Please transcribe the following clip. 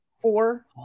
four